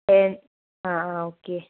ഏ ആ ആ ഓക്കെ